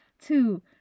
Two